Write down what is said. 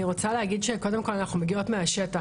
אני רוצה להגיד שקודם כל אנחנו מגיעות מהשטח,